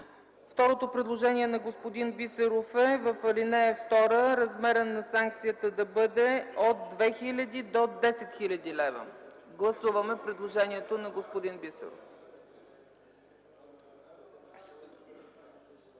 Второто предложение на господин Бисеров е в ал. 2 размерът на санкцията да бъде от 2000 до 10 000 лв. Подлагам на гласуване предложението на господин Бисеров.